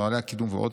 נוהלי הקידום ועוד,